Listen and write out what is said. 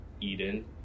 Eden